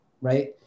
right